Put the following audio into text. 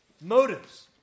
motives